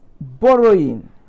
borrowing